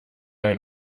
ein